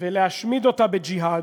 ולהשמיד אותה בג'יהאד,